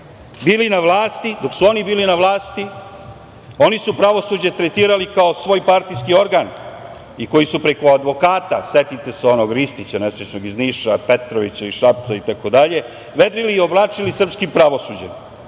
stranke, dok su oni bili na vlasti, oni su pravosuđe tretirali kao svoj partijski organ i koji su preko advokata, setite se onog nesrećnog Ristića iz Niša, Petrovića iz Šapca itd, vedrili i oblačili srpskim pravosuđem.